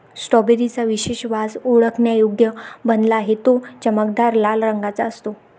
strawberry चा विशेष वास ओळखण्यायोग्य बनला आहे, तो चमकदार लाल रंगाचा असतो